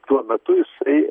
tuo metu jisai